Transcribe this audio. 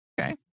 okay